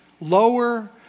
Lower